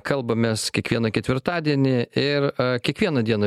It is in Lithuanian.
kalbamės kiekvieną ketvirtadienį ir kiekvieną dieną